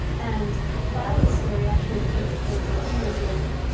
and violet's story actually takes place two years later.